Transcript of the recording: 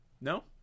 No